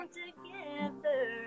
together